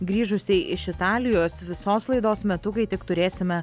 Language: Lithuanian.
grįžusiai iš italijos visos laidos metu kai tik turėsime